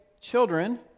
children